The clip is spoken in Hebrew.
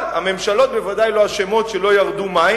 אבל הממשלות בוודאי לא אשמות שלא ירדו גשמים.